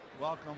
Welcome